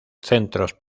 centros